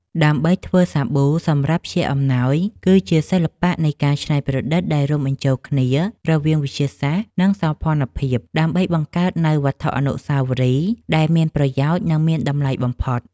ការធ្វើសាប៊ូសម្រាប់ជាអំណោយ គឺជាសិល្បៈនៃការច្នៃប្រឌិតដែលរួមបញ្ចូលគ្នារវាងវិទ្យាសាស្ត្រ និងសោភ័ណភាព ដើម្បីបង្កើតនូវវត្ថុអនុស្សាវរីយ៍ដែលមានប្រយោជន៍ និងមានតម្លៃបំផុត។